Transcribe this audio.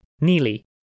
Neely